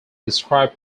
describe